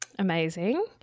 Amazing